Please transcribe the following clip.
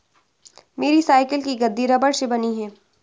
मेरी साइकिल की गद्दी रबड़ से बनी है